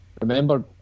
remember